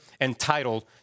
entitled